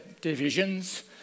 divisions